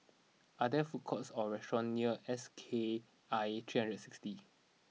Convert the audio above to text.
are there food courts or restaurants near S K I three hundred and sixty